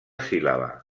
síl·laba